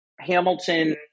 Hamilton